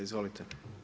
Izvolite.